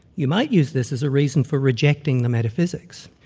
you might use this as a reason for rejecting the metaphysics,